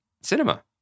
cinema